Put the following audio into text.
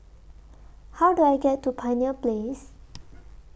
How Do I get to Pioneer Place